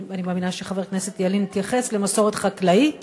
אני מאמינה שחבר הכנסת ילין יתייחס למסורת חקלאית